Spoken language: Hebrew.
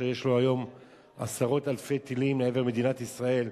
שיש לו היום עשרות אלפי טילים לעבר מדינת ישראל,